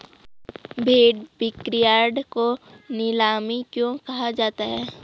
भेड़ बिक्रीयार्ड को नीलामी क्यों कहा जाता है?